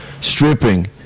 stripping